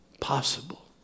possible